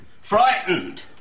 frightened